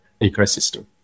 ecosystem